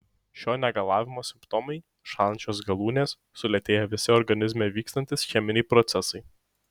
šio negalavimo simptomai šąlančios galūnės sulėtėję visi organizme vykstantys cheminiai procesai